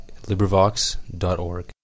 LibriVox.org